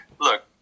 look